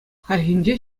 хальхинче